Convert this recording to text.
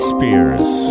Spears